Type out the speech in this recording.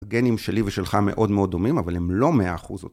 הגנים שלי ושלך מאוד מאוד דומים, אבל הם לא מאה אחוז